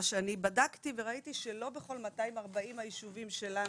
מה שאני בדקתי וראיתי שלא בכל 240 היישובים שלנו,